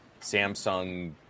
Samsung